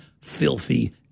filthy